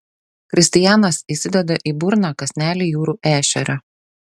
kristijanas įsideda į burną kąsnelį jūrų ešerio